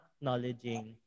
acknowledging